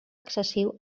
excessiu